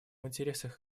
интересах